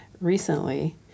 recently